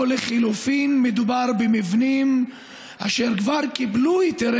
לחלופין מדובר במבנים אשר כבר קיבלו היתרי